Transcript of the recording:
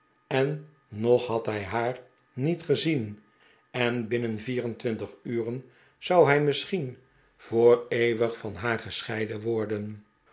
en nog had hij haar niet gezien en binnen vier en twintig uren zou hij misschien voor eeuwig van haar gescheiden worden